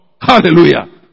Hallelujah